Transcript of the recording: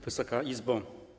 Wysoka Izbo!